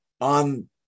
on